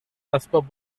اسباب